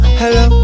hello